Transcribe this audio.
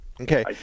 Okay